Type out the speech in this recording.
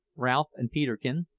ralph and peterkin,